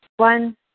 One